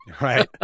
Right